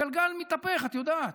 הגלגל מתהפך, את יודעת.